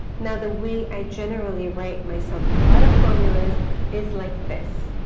now the way i generally write my sumproduct formulas is like this,